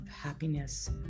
happiness